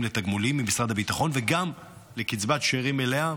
לתגמולים ממשרד הביטחון וגם לקצבת שאירים מלאה,